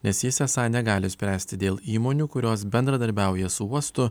nes jis esą negali spręsti dėl įmonių kurios bendradarbiauja su uostu